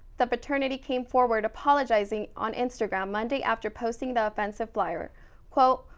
the fraternity came forward apologizing on instagram monday after posting the offensive flyer quote,